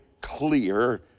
clear